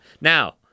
Now